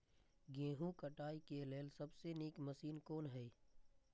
गेहूँ काटय के लेल सबसे नीक मशीन कोन हय?